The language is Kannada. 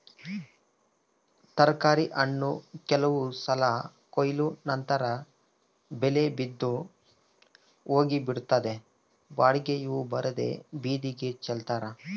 ತರಕಾರಿ ಹಣ್ಣು ಕೆಲವು ಸಲ ಕೊಯ್ಲು ನಂತರ ಬೆಲೆ ಬಿದ್ದು ಹೋಗಿಬಿಡುತ್ತದೆ ಬಾಡಿಗೆಯೂ ಬರದೇ ಬೀದಿಗೆ ಚೆಲ್ತಾರೆ